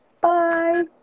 Bye